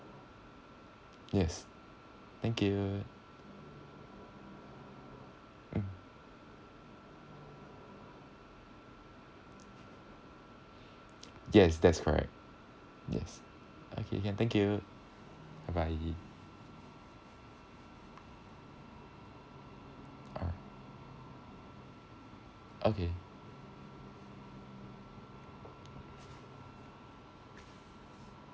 yes thank you mm yes that's correct yes okay can thank you bye bye alright okay